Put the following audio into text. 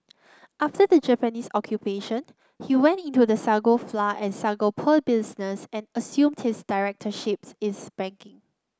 after the Japanese Occupation he went into the sago flour and sago pearl business and assumed his directorships is in banking